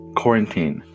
quarantine